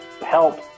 help